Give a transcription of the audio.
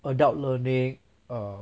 adult learning um